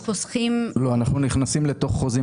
לא, אנחנו נכנסים לתוך חוזים.